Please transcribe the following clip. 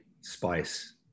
spice